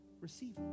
receive